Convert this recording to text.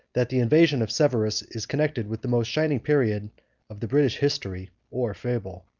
that the invasion of severus is connected with the most shining period of the british history or fable.